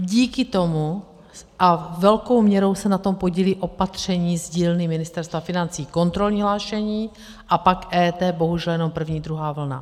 Díky tomu a velkou měrou se na tom podílí opatření z dílny Ministerstva financí, kontrolní hlášení a pak EET, bohužel jenom první a druhá vlna.